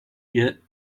get